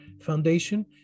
Foundation